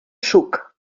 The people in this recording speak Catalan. suc